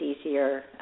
easier